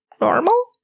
normal